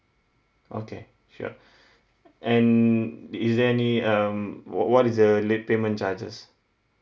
okay sure and is there any um what what is the late payment charges